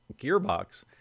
gearbox